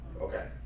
Okay